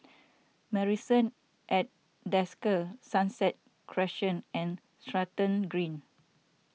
Marrison at Desker Sunset Crescent and Stratton Green